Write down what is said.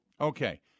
okay